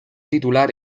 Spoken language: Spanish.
titular